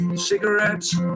Cigarettes